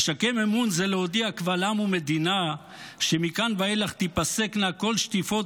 לשקם אמון זה להודיע קבל עם ומדינה שמכאן ואילך תיפסקנה כל שטיפות